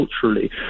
culturally